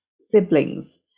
siblings